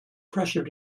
pressure